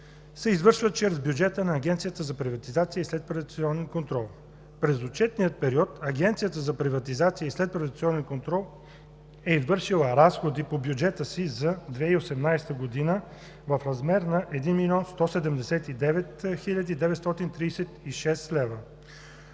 се извършват чрез бюджета на Агенцията за приватизация и следприватизационен контрол. През отчетния период Агенцията за приватизация и следприватизационен контрол е извършила разходи по бюджета си за 2018 г. в размер на 1 млн.